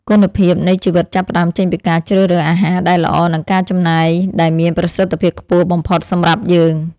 គុណភាពនៃជីវិតចាប់ផ្ដើមចេញពីការជ្រើសរើសអាហារដែលល្អនិងការចំណាយដែលមានប្រសិទ្ធភាពខ្ពស់បំផុតសម្រាប់យើង។